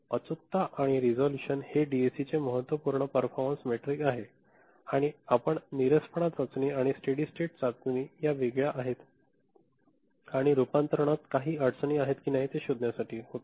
अचूकता आणि रेसोलुशन हे डीएसीची महत्त्वपूर्ण परफॉरमन्स मेट्रिक आहेत आणि आपण नीरसपणा चाचणी आणि स्टेडी स्टेट चाचणी या वेगळ्या आहेत आणि रूपांतरणात काही अडचणी आहेत की नाही ते शोधण्यासाठी होतो